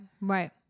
Right